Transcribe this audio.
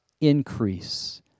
increase